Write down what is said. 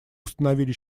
установили